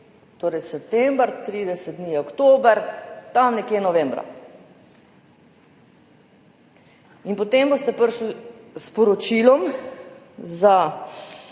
torej september, 30 dni je oktober, tam nekje novembra. In potem boste prišli s poročilom za